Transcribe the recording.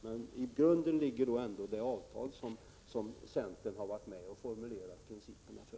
Men i grunden finns då ändå det avtal som centern har varit med och formulerat principerna för.